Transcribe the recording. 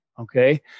okay